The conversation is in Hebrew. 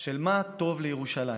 של מה טוב לירושלים,